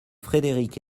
frédéric